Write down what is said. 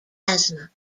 asthma